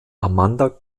amanda